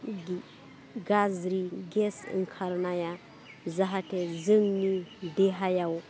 गाज्रि गेस ओंखारनाया जाहाथे जोंनि देहायाव